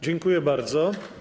Dziękuję bardzo.